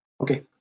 okay